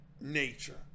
nature